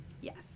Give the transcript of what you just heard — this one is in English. yes